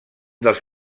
dels